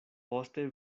poste